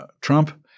Trump